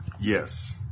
Yes